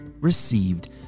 received